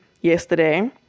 Yesterday